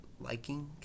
liking